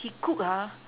cook ah